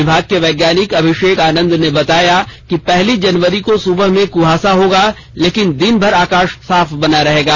विभाग के वैज्ञानिक अभिषेक आनंद ने बताया कि पहली जनवरी को सुबह में कुहासा होगा लेकिन दिन भर आकाश साफ बना रहेगा